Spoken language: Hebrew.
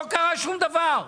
לא קרה שום דבר.